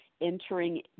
entering